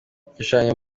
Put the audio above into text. igishushanyo